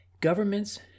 governments